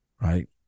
Right